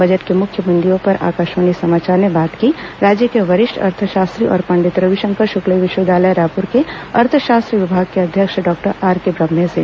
budget के मुख्य बिन्दुओं पर आकाशवाणी समाचार ने बात की राज्य के वरिष्ठ अर्थशास्त्री और पंडित रविशंकर शुक्ल विश्वविद्यालय रायपुर के अर्थशास्त्र विभाग के अध्यक्ष डॉक्टर आरके ब्रम्हे से